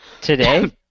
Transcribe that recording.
Today